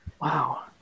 wow